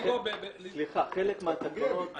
חלק מהתקנות-